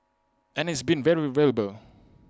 and it's been very valuable